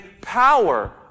power